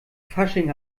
fasching